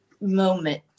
moment